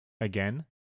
again